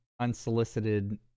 unsolicited